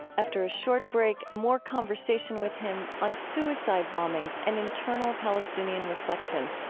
after a short break, more conversation with him on suicide bombings and internal palestinian reflection.